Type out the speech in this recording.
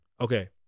okay